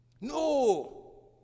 No